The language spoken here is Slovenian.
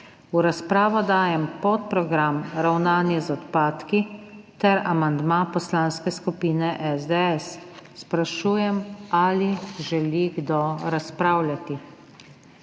V razpravo dajem podprogram Ravnanje z odpadki ter amandma Poslanske skupine SDS. Sprašujem, ali želi kdo razpravljati.